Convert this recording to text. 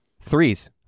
threes